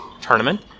tournament